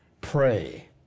pray